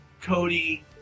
Cody